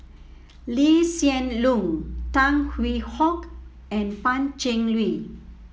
Lee Hsien Loong Tan Hwee Hock and Pan Cheng Lui